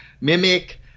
mimic